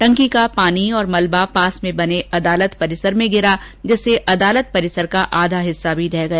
टंकी का पानी और मलबा पास में बने अदालत परिसर में गिरा जिससे अदालत परिसर का आधा हिस्सा भी ढह गया